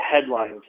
headlines